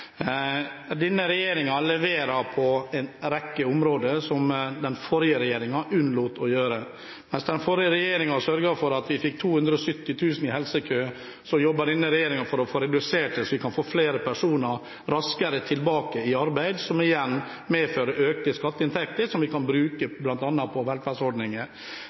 Denne regjeringen leverer på en rekke områder som den forrige regjeringen unnlot å levere på. Mens den forrige regjeringen sørget for at vi fikk 270 000 personer i helsekø, jobber denne regjeringen for å få redusert køen, slik at vi kan få personer raskere tilbake i arbeid, som igjen medfører økte skatteinntekter som vi kan bruke bl.a. på velferdsordninger.